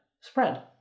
spread